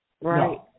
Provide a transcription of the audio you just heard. right